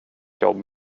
jobb